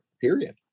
period